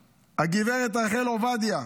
הגב' רחל עובדיה,